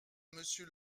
monsieur